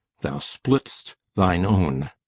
thou splitt'st thine own.